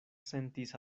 sentis